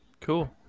Cool